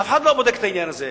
אף אחד לא בודק את העניין הזה.